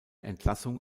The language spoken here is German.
entlassung